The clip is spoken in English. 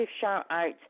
shout-out